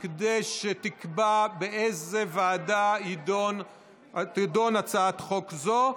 כדי שתקבע באיזו ועדה תידון הצעת חוק זו.